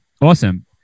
Awesome